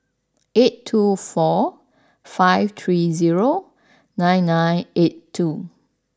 eight two four five three zero nine nine eight two